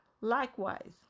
Likewise